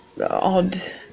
odd